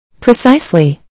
Precisely